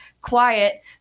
Quiet